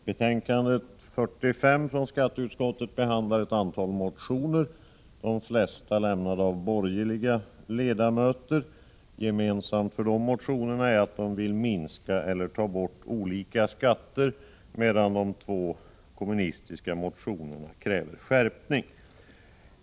Herr talman! Betänkande 45 från skatteutskottet behandlar ett antal motioner, de flesta lämnade av borgerliga ledamöter. Gemensamt för dessa motioner är att man vill minska eller ta bort olika skatter, medan de två kommunistiska motionerna kräver skärpningar.